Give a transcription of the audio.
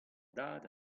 dad